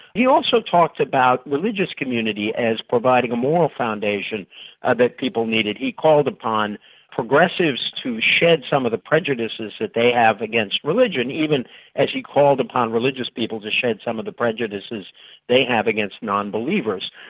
he also talked about religious community as providing a moral foundation ah that people needed. he called upon progressives to shed some of the prejudices prejudices that they have against religion even as he called upon religious people to shed some of the prejudices they have against non-believers.